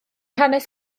hanes